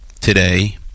Today